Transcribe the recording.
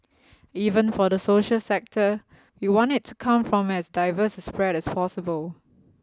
even for the social sector we want it to come from as diverse a spread as possible